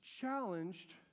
challenged